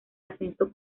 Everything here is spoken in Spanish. ascenso